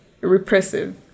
repressive